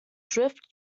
drift